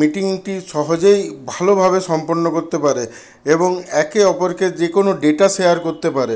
মিটিংটি সহজেই ভালোভাবে সম্পন্ন করতে পারে এবং একে অপরকে যেকোনও ডেটা শেয়ার করতে পারে